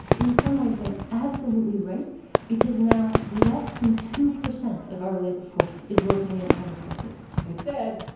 in some ways, been absolutely right because now, less than two percent of our labor force is working in agriculture instead,